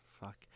Fuck